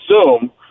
assume